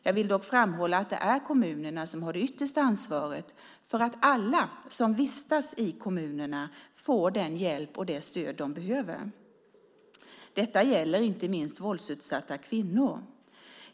Jag vill dock framhålla att det är kommunerna som har det yttersta ansvaret för att alla som vistas i kommunerna får den hjälp och det stöd de behöver. Detta gäller inte minst våldsutsatta kvinnor.